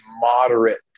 moderate